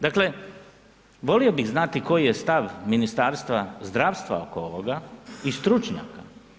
Dakle volio bih znati koji je stav Ministarstva zdravstva oko ovoga i stručnjaka.